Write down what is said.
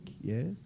Yes